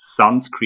sunscreen